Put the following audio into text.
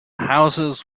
houses